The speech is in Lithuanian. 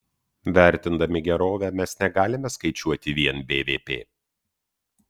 vertindami gerovę mes negalime skaičiuoti vien bvp